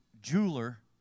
jeweler